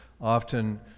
often